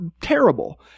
terrible